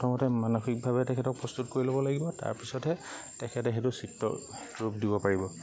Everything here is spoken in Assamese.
প্ৰথমতে মানসিকভাৱে তেখেতক প্ৰস্তুত কৰি ল'ব লাগিব তাৰ পিছতহে তেখেতে সেইটো চিত্ৰ ৰূপ দিব পাৰিব